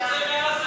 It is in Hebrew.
עזה.